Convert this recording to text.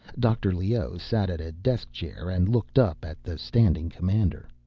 dr. leoh sat at a desk chair and looked up at the standing commander.